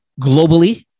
globally